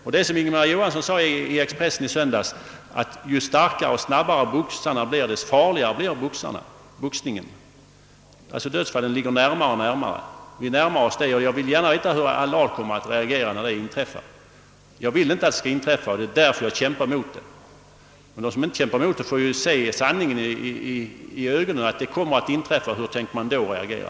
Det är som Ingemar Johansson sade i Ex pressen i söndags: »Ju starkare och snabbare boxarna blir, desto farligare blir boxningen.» Dödsfallet vid boxning kommer närmare och närmare oss. Jag vill inte att det skall inträffa, och det är därför jag kämpar mot boxningen, men de som inte kämpar emot den måste, herr Allard, se sanningen i ögonen och betänka att det kommer att inträffa. Hur skall ni då reagera?